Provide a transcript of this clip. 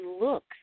look